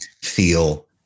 feel